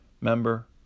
member